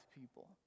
people